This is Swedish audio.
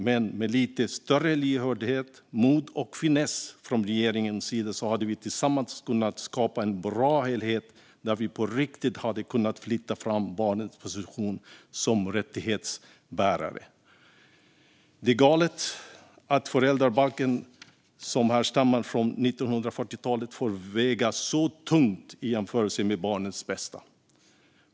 Men med lite större lyhördhet, mod och finess från regeringens sida hade vi tillsammans kunnat skapa en bra helhet där vi på riktigt hade kunnat flytta fram barnets position som rättighetsbärare. Det är galet att föräldrabalken, som härstammar sedan 1940-talet, får väga så tungt i jämförelse med barnets bästa.